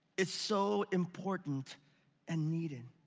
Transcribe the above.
it's so important and needed.